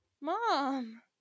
Mom